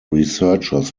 researchers